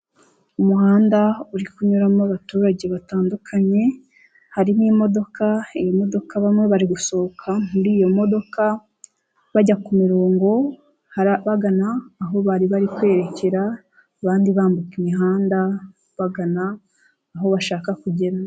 Umuhanda uri kunyuramo abaturage batandukanye harimo imodoka iyo modoka bamwe bari gusohoka muri iyo modoka bajya ku murongo bagana aho bari bari kwerekera, abandi bambuka imihanda bagana aho bashaka kugera.